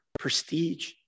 prestige